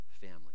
family